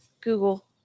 Google